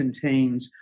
contains